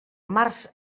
març